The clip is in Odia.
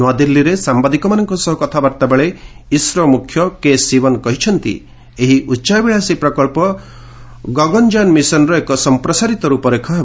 ନୂଆଦିଲ୍ଲୀରେ ସାମ୍ବାଦିକମାନଙ୍କ ସହ କଥାବାର୍ତ୍ତା ବେଳେ ଇସ୍ରୋ ମୁଖ୍ୟ କେ ଶିବନ କହିଛନ୍ତି ଏହି ଉଚ୍ଚାଭିଳାଶୀ ପ୍ରକଳ୍ପ ଗଗନଜାନ ମିଶନ୍ର ଏକ ସଂପ୍ରସାରିତ ରୂପରେଖ ହେବ